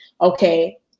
okay